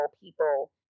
people